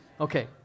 Okay